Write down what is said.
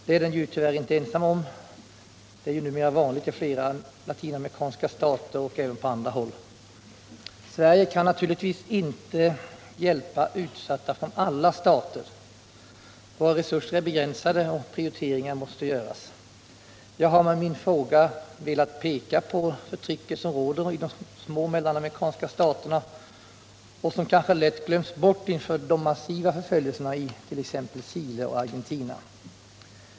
Det är landet tyvärr inte ensamt om — det är numera vanligt i flera latinamerikanska stater och även på andra håll. Sverige kan naturligtvis inte hjälpa utsatta från alla stater. Våra resurser är begränsade, och prioriteringar måste göras. Jag har med min fråga velat peka på det förtryck som råder i de små mellanamerikanska staterna, vilket kanske lätt glöms bort inför de massiva förföljelser som pågår i t.ex. Chile och Argentina.